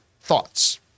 thoughts